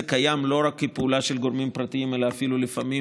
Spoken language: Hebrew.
זה קיים לא רק כפעולה של גורמים פרטיים אלא לפעמים